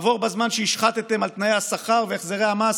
עבור בזמן שהשחתתם על תנאי השכר והחזרי המס